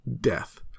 death